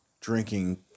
drinking